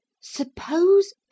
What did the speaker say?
Suppose